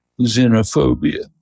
Xenophobia